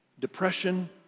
depression